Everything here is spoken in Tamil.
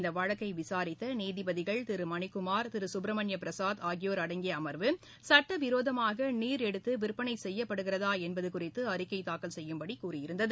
இந்த வழக்கை விசாரித்த நீதிபதிகள் திரு மணிக்குமார் திரு கப்ரமணியம் பிரசாத் ஆகியோர் அடங்கிய அம்வு சட்டவிரோதமாக நீர் எடுத்து விற்பனை செய்யப்படுகிறதா என்பது குறித்து அறிக்கை தாக்கல் செய்யும்படி கூறியிருந்தது